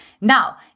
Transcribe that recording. Now